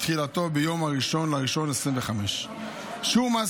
תחילתו ביום 1 בינואר 2025. שיעור מס